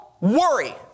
worry